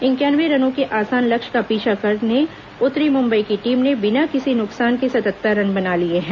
इंक्यानवे रनों के आसान लक्ष्य का पीछा करने उतरी मुंबई की टीम ने बिना किसी नुकसान के सतहत्तर रन बना लिए हैं